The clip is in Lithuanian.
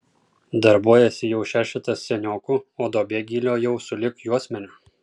darbuojasi jau šešetas seniokų o duobė gylio jau sulig juosmeniu